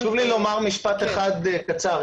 חשוב לי לומר משפט אחד קצר.